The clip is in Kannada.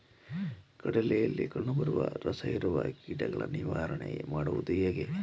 ಕಡಲೆಯಲ್ಲಿ ಕಂಡುಬರುವ ರಸಹೀರುವ ಕೀಟಗಳ ನಿವಾರಣೆ ಮಾಡುವುದು ಹೇಗೆ?